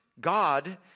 God